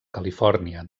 califòrnia